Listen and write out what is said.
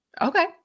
Okay